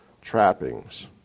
trappings